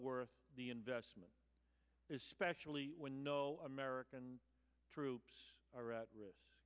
worth the investment especially when american troops are at risk